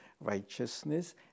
righteousness